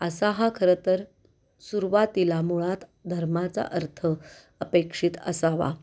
असा हा खरं तर सुरुवातीला मुळात धर्माचा अर्थ अपेक्षित असावा